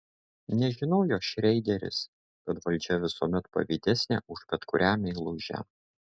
nežinojo šreideris kad valdžia visuomet pavydesnė už bet kurią meilužę